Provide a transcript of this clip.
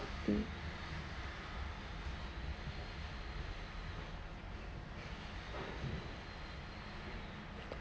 mm